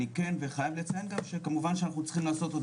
אני כן חייב לציין שכמובן שאנחנו צריכים לעשות עוד